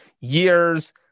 years